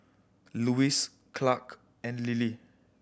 Louise Clare and Lillie